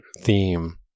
theme